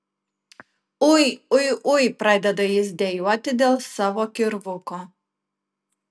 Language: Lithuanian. ui ui ui pradeda jis dejuoti dėl savo kirvuko